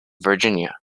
virginia